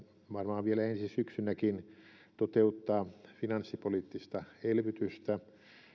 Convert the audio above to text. varmaan vielä ensi syksynäkin toteuttaa finanssipoliittista elvytystä